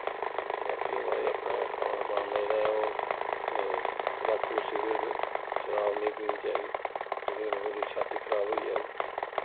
बाकी माराज अपना खान पान दा जेह्ड़ा ऐ ओह् इस तम्बाकू सिगरट शराब निं पीनी चाहिदी एह्दे कन्ने थोआड़ी शात्ती खराब होई जाग